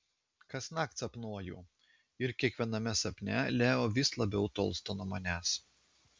kasnakt sapnuoju ir kiekviename sapne leo vis labiau tolsta nuo manęs